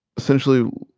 essentially,